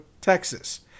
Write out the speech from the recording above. Texas